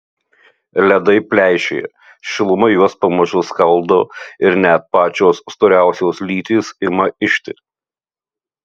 ledai pleišėja šiluma juos pamažu skaldo ir net pačios storiausios lytys ima ižti